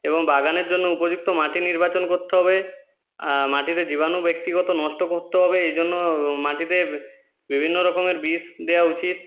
এবং বাগানের জন্য উপযুক্ত মাটি নির্বাচন করতে হবে মাটিতে জীবাণু ব্যক্তিগত নষ্ট করতে হবে এজন্য মাটিতে বিভিন্ন রকমের বিষ দেওয়া উচিত